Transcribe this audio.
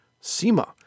SEMA